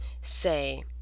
say